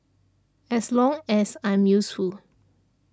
as long as I'm useful